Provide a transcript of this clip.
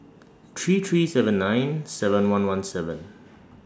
three three seven nine seven one one seven